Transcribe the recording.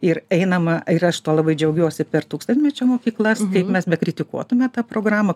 ir einama ir aš tuo labai džiaugiuosi per tūkstantmečio mokyklas kaip mes bekritikuotume tą programą